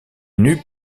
n’eût